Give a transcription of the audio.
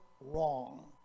wrong